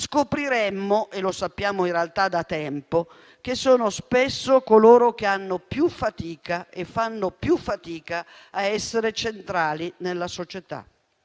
scopriremmo - e lo sappiamo in realtà da tempo - che sono spesso coloro che fanno più fatica ad essere centrali nella società.